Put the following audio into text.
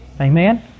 Amen